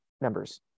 numbers